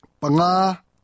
panga